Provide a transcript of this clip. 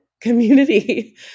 community